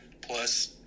plus